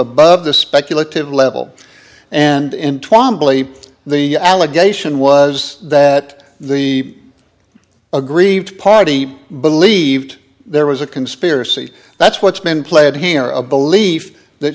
above the speculative level and twamley the allegation was that the aggrieved party believed there was a conspiracy that's what's been played here a belief that